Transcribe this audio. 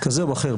כזה או אחר,